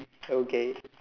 okay